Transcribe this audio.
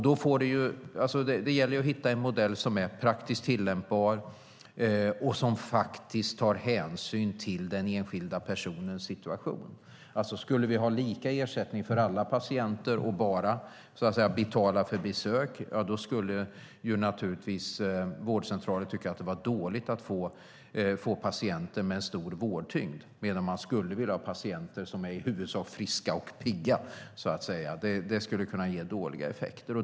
Det gäller att hitta en modell som är praktiskt tillämpbar och som tar hänsyn till den enskilda personens situation. Skulle vi ha lika ersättning för alla patienter och bara betala för besök skulle naturligtvis vårdcentraler tycka att det vore dåligt att få patienter med en stor vårdtyngd och hellre vilja ha patienter som i huvudsak är friska och pigga. Det skulle kunna ge dåliga effekter.